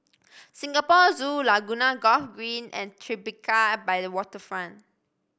Singapore Zoo Laguna Golf Green and Tribeca by the Waterfront